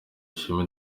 ishema